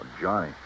Johnny